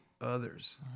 others